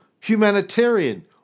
humanitarian